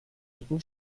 dicken